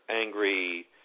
Angry